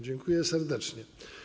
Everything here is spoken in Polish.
Dziękuję serdecznie.